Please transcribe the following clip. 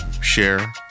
Share